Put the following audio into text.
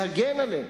להגן עלינו.